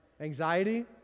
Anxiety